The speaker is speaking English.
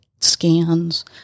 scans